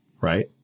right